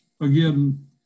again